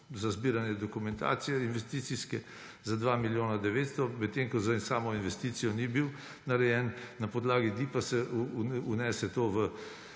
za zbiranje dokumentacije investicijske za 2 milijona 900, medtem ko za samo investicijo ni bil narejen. Na podlagi DIIP se vnese to v